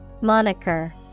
Moniker